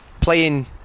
playing